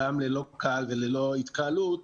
גם אם ללא קהל וללא התקהלות,